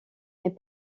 mais